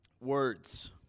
Words